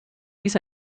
dies